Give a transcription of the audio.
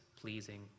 pleasing